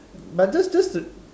but just just to